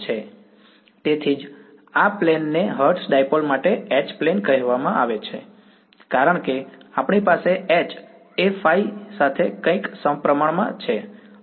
તેથી તેથી જ આ પ્લેન ને હર્ટ્ઝ ડાઈપોલ માટે H પ્લેન કહેવામાં આવે છે કારણ કે આપણી પાસે H એ ϕˆ સાથે કંઈક સપ્રમાણમાં છે